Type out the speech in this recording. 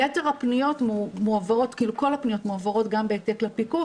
כל הפניות מועברות גם בהעתק לפיקוח